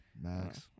Max